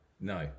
No